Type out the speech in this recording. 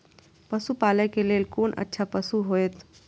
पशु पालै के लेल कोन अच्छा पशु होयत?